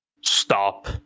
stop